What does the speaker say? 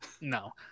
no